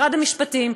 משרד המשפטים,